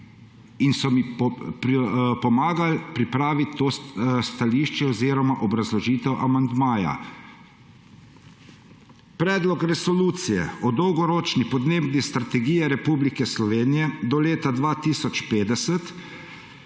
in so mi pomagali pripraviti to stališče oziroma obrazložitev amandmaja. Predlog resolucije o Dolgoročni podnebni strategiji Republike Slovenije do leta 2050,